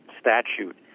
statute